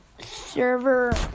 server